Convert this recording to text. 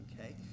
Okay